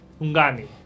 Ungani